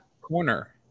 corner